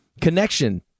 connection